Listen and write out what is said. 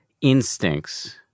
instincts